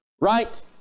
right